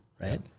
Right